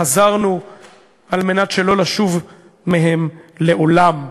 חזרנו על מנת שלא לשוב מהם לעולם".